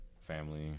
Family